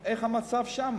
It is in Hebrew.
את המצב שם.